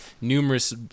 numerous